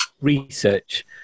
research